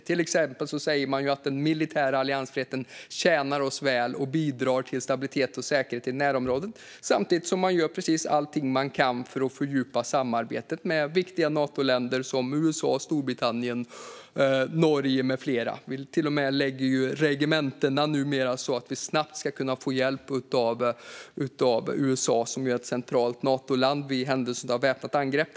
Till exempel säger man att den militära alliansfriheten tjänar oss väl och bidrar till stabilitet och säkerhet i närområdet samtidigt som man gör precis allt man kan för att fördjupa samarbetet med viktiga Natoländer som USA, Storbritannien, Norge med flera. Numera förlägger vi till och med regementena så att vi snabbt ska kunna få hjälp av USA, som är ett centralt Natoland, i händelse av ett väpnat angrepp.